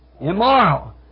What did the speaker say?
Immoral